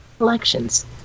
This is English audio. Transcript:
elections